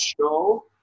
Show